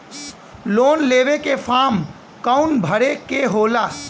Loan लेवे के form कौन भरे के होला?